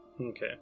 Okay